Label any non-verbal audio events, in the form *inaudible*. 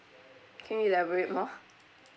can you elaborate more *noise*